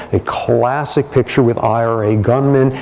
a classic picture with ira gunman,